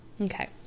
Okay